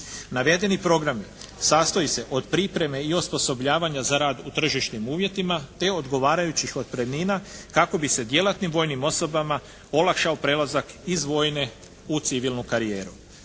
Navedeni programi sastoje se od pripreme i osposobljavanja za rad u tržišnim uvjetima te odgovarajućih otpremnina kako bi se djelatnim vojnim osobama olakšao prelazak iz vojne u civilnu karijeru.